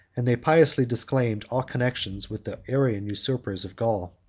and they piously disclaimed all connection with the arian usurpers of gaul.